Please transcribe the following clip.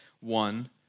one